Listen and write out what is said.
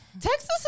Texas